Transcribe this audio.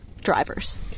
drivers